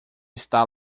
está